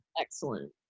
excellent